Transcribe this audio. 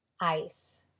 ice